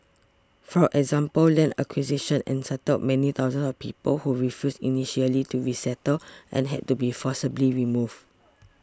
for example land acquisition unsettled many thousands of people who refused initially to resettle and had to be forcibly removed